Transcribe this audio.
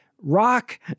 rock